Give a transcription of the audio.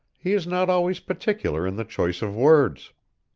he is not always particular in the choice of words.